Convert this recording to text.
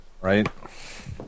Right